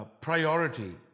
Priority